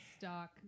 stock